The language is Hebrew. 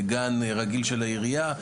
למעונות רגילים של העירייה,